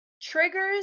Triggers